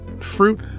fruit